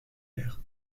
vert